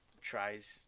tries